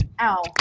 Ow